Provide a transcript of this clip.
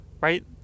right